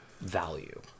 value